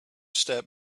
step